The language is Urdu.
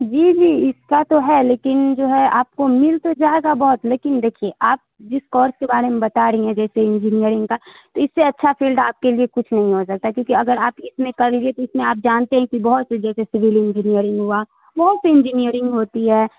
جی جی اس کا تو ہے لیکن جو ہے آپ کو مل تو جائے گا بہت لیکن دیکھیے آپ جس کورس کے بارے میں بتا رہی ہیں جیسے انجینئرنگ کا تو اس سے اچھا فیلڈ آپ کے لیے کچھ نہیں ہو سکتا کیونکہ اگر آپ اس میں کر لیے تو اس میں آپ جانتے ہیں کہ بہت جیسے سول انجینئرنگ ہوا بہت انجینئرنگ ہوتی ہے